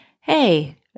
hey